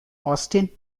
austin